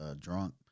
drunk